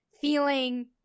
feeling